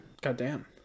Goddamn